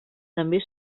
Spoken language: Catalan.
també